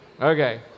Okay